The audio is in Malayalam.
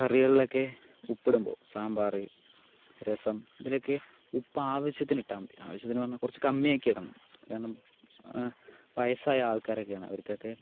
കറികളിലൊക്കെ ഉപ്പിടുമ്പോൾ സമ്പാർ രസം ഇതിലൊക്കെ ഉപ്പ് ആവശ്യത്തിന് ഇട്ടാൽ മതി ആവശ്യത്തിനെന്ന് പറഞ്ഞാൽ കുറച്ച് കമ്മിയാക്കി ഇടണം കാരണം വയസ്സായ ആൾക്കാരൊക്കെയാണ് അവർക്കൊക്കെ